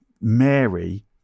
Mary